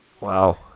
Wow